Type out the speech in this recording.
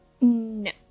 No